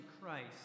Christ